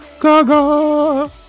Gaga